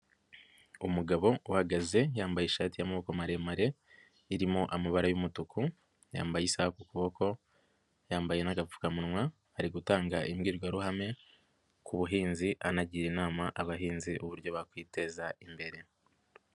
Umugabo uhagaze yambaye ishati y'amaboko maremare irimo amabara y'umutuku, yambaye isaha ku kuboko, yambaye n'agapfukamunwa ari gutanga imbwirwaruhame ku buhinzi anagira inama abahinzi uburyo bakwiteza imbere.